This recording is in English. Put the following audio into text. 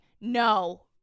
No